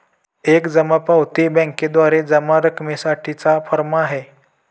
एक जमा पावती बँकेद्वारे जमा रकमेसाठी चा फॉर्म आहे